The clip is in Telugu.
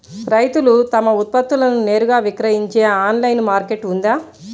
రైతులు తమ ఉత్పత్తులను నేరుగా విక్రయించే ఆన్లైను మార్కెట్ ఉందా?